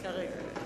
כרגע.